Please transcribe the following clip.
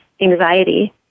anxiety